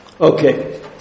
Okay